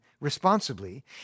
responsibly